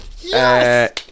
Yes